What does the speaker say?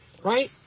right